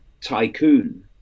tycoon